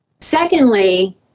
secondly